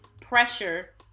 pressure